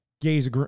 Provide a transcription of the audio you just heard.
gays